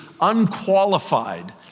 unqualified